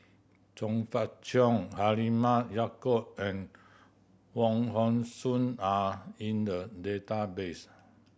Chong Fah Cheong Halimah Yacob and Wong Hong Suen are in the database